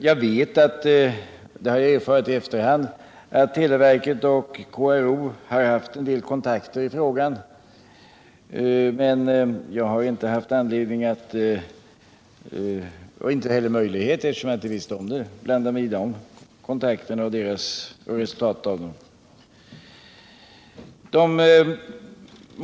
Jag har erfarit i efterhand att televerket och KRO har haft en del kontakter i denna fråga, men jag har inte haft anledning och inte heller möjlighet, eftersom jag inte visste om kontakterna, att blanda mig i dessa kontakter och resultatet av dem.